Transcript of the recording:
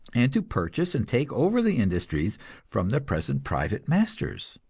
and to purchase and take over the industries from their present private masters.